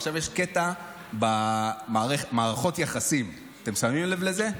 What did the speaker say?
עכשיו, יש קטע במערכות היחסים, אתם שמים לב לזה?